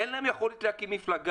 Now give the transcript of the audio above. אין להם יכולת להקים מפלגה,